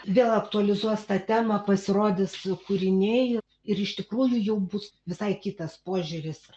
vėl aktualizuos tą temą pasirodys kūriniai ir iš tikrųjų jau bus visai kitas požiūris